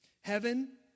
Heaven